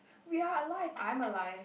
we are alive I'm alive